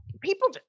People